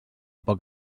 poc